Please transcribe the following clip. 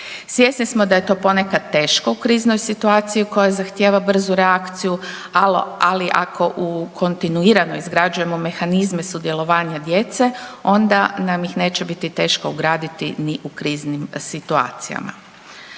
Svjesni smo da je to ponekad teško u kriznoj situaciji koja zahtjeva brzu reakciju, ali ako u kontinuirano izgrađujemo mehanizme sudjelovanja djece, onda nam ih neće biti teško ugraditi ni u kriznim situacijama.